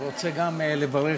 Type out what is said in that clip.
אדוני היושב-ראש, אני רוצה גם לברך